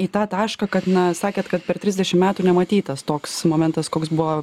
į tą tašką kad na sakėt kad per trisdešim metų nematytas toks momentas koks buvo